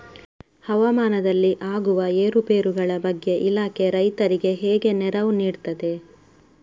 ಹವಾಮಾನದಲ್ಲಿ ಆಗುವ ಏರುಪೇರುಗಳ ಬಗ್ಗೆ ಇಲಾಖೆ ರೈತರಿಗೆ ಹೇಗೆ ನೆರವು ನೀಡ್ತದೆ?